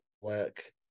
work